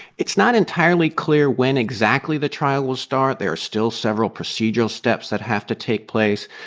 it's not entirely clear when exactly the trial will start. there are still several procedural steps that have to take place.